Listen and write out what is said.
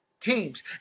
teams